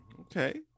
okay